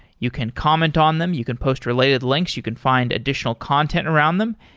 you can comment on them. you can post related links. you can find additional content around them,